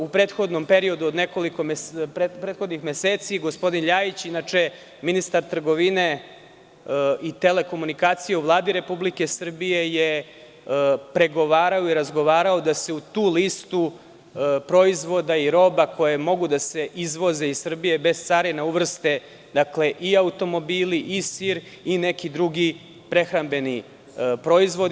U prethodnih nekoliko meseci gospodin Ljajić, inače ministar trgovine i telekomunikacija u Vladi Republike Srbije, je pregovarao i razgovarao da se u tu listu proizvoda i roba koje mogu da se izvoze iz Srbije bez carine uvrste i automobili i sir i neki drugi prehrambeni proizvodi.